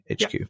HQ